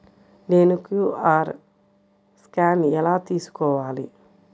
నేను Q R scan ఎలా తీసుకోవాలి?